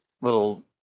little